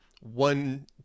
one